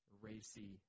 racy